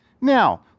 Now